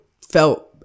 felt